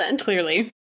Clearly